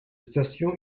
station